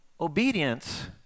Obedience